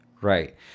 Right